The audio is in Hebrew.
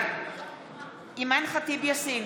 בעד אימאן ח'טיב יאסין,